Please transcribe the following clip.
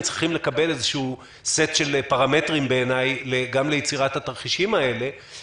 צריכים לקבל איזו שהוא סט של פרמטרים גם ליצירת התרחישים האלה בעיניי